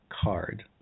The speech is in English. card